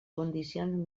condicions